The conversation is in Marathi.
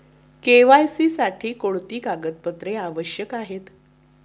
के.वाय.सी साठी कोणती कागदपत्रे आवश्यक आहेत?